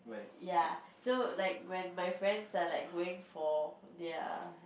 ya so like when my friends are like going for ya